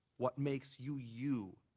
what makes you, you,